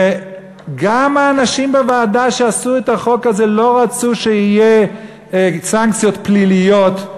וגם האנשים בוועדה שעשו את החוק הזה לא רצו שיהיו סנקציות פליליות,